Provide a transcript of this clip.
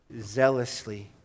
Zealously